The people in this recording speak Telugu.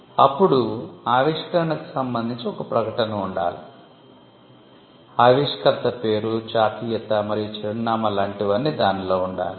అప్పుడు ఆవిష్కరణకు సంబంధించి ఒక ప్రకటన ఉండాలి ఆవిష్కర్త పేరు జాతీయత మరియు చిరునామా లాంటివన్నీ దానిలో ఉండాలి